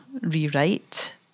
rewrite